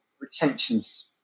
Retention's